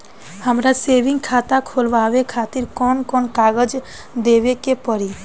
हमार सेविंग खाता खोलवावे खातिर कौन कौन कागज देवे के पड़ी?